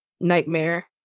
Nightmare